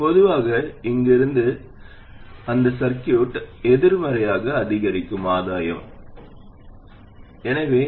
பொதுவாக அங்கு இருந்து அங்கு சுற்று அது எதிர்மறை அதிகரிக்கும் ஆதாயம் எந்த சுற்று இருக்க முடியும்